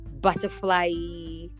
butterfly